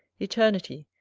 eternity,